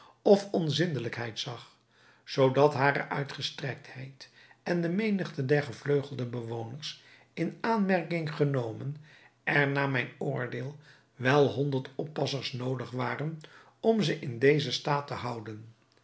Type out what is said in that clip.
of onzindelijkheid zag zoodat hare uitgestrektheid en de menigte der gevleugelde bewoners in aanmerking genomen er naar mijn oordeel wel honderd oppassers noodig waren om ze in dezen staat te houden